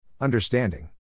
Understanding